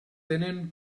tenen